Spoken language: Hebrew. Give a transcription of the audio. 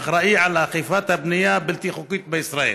האחראי לאכיפת הבנייה הבלתי-חוקית בישראל,